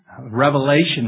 revelation